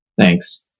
Thanks